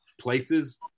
places